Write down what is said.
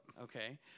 Okay